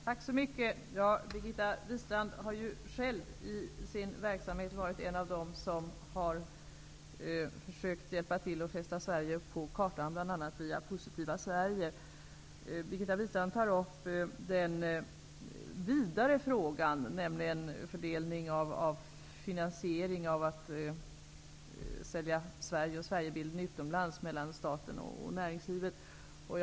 Fru talman! Tack så mycket. Birgitta Wistrand har ju själv i sin verksamhet varit en av dem som har försökt att hjälpa till att fästa Sverige på kartan, bl.a. via Positiva Sverige. Birgitta Wistrand tog upp den vidare frågan, nämligen den om fördelningen av finanseringen mellan staten och näringslivet när det gäller att sälja Sverige och Sverigebilden utomlands.